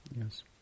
Yes